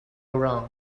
wrong